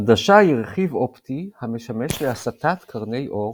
עדשה היא רכיב אופטי המשמש להסטת קרני אור